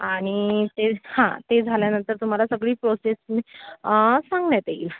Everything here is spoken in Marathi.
आणि ते हा ते झाल्यानंतर तुम्हाला सगळी प्रोसेस सांगण्यात येईल